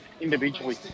individually